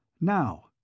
Now